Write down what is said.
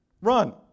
Run